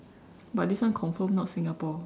but this one confirm not Singapore